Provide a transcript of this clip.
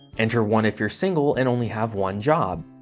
enter one if you're single and only have one job.